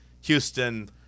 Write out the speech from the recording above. Houston